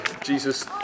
Jesus